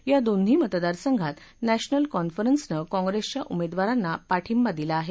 या दोन्ही मतदार संघात नस्त्राल कॉन्फरन्सनं कॉंप्रेसच्या उमेदवारांना पाठिंबा दिला आहे